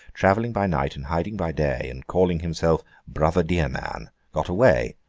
travelling by night and hiding by day, and calling himself brother dearman got away,